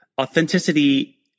Authenticity